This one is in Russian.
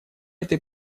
этой